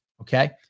Okay